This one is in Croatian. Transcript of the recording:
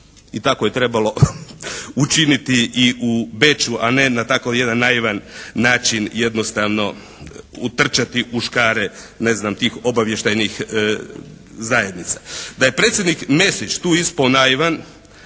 I tako je trebalo učiniti i u Beču a ne na tako jedan naivan način jednostavno utrčati u škare ne znam tih obavještajnih zajednica. Da je predsjednik Mesić tu ispao naivan